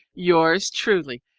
yours truly,